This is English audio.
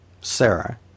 Sarah